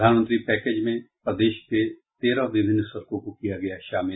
प्रधानमंत्री पैकेज में प्रदेश के तेरह विभिन्न सड़कों को किया गया शामिल